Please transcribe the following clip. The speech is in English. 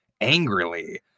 angrily